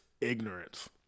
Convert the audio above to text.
ignorance